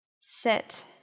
Sit